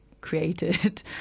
created